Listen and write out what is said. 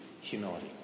humility